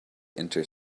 inter